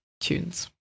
Tunes